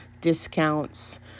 discounts